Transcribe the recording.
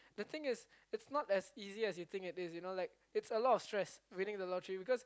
the thing is it's not as easy as you think it is you know like it's a lot of stress winning the lottery because